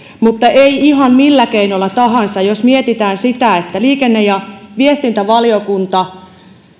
mutta ei ihan millä keinolla tahansa jos mietitään sitä että liikenne ja viestintävaliokunta